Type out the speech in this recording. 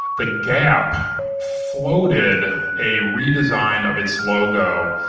the gap floated a redesign of its logo.